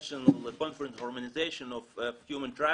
conference humanization of human trials